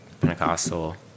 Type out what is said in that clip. pentecostal